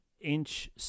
inch